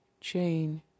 chain